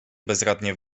bezradnie